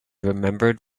remembered